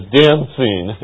dancing